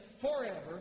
forever